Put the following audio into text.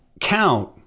count